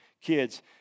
kids